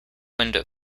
window